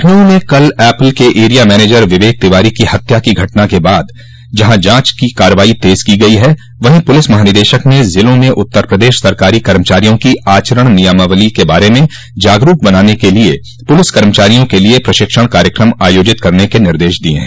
लखनऊ में कल एपल के एरिया मैनेजर विवेक तिवारी की हत्या की घटना के बाद जहां जांच की कार्रवाई तेज की गई है वहीं पुलिस महानिदेशक ने ज़िलों में उत्तर प्रदेश सरकारी कर्मचारियों की आचरण नियमावली के बारे में जागरूक बनाने के लिए पुलिस कर्मचारियों के लिए प्रशिक्षण कार्यकम आयोजित करने के निर्देश दिये हैं